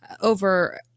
over